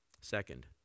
second